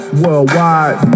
Worldwide